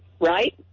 right